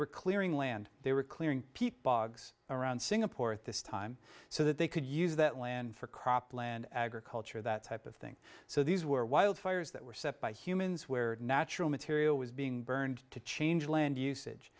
were clearing land they were clearing peat bogs around singapore at this time so that they could use that land for cropland agriculture that type of thing so these were wildfires that were set by humans where natural material was being burned to change land usage